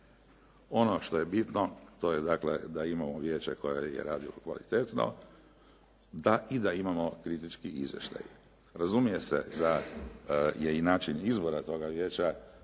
Ono što je bitno to je dakle da imamo vijeće koje je radilo kvalitetno i da imamo kritički izvještaj. Razumije se da je i način izbora toga vijeća